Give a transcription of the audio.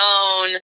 own